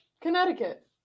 Connecticut